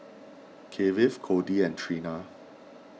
Kiefer Codie and Trina